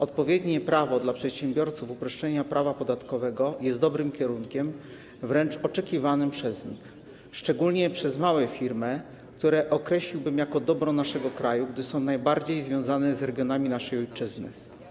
Odpowiednie prawo dla przedsiębiorców, uproszczenie prawa podatkowego - to dobry kierunek, wręcz oczekiwany przez nich, szczególnie przez małe firmy, które określiłbym jako dobro naszego kraju, gdyż są najbardziej związane z regionami naszej ojczyzny.